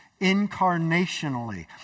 incarnationally